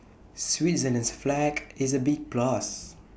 Switzerland's flag is A big plus